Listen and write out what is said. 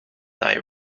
thy